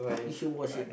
you should watch it